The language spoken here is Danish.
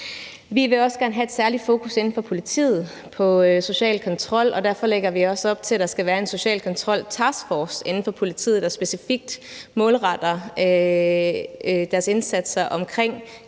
Vi vil også gerne have et særligt fokus inden for politiet på social kontrol, og derfor lægger vi også op til, at der skal være en social kontrol-taskforce inden for politiet, der specifikt målretter deres indsatser omkring